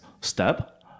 step